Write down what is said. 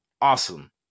Awesome